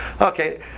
okay